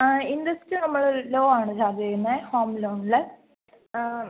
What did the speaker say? ആ ഇൻ്ററസ്റ്റ് നമ്മൾ ലോ ആണ് ചാർജ് ചെയ്യുന്നത് ഹോം ലോണിൽ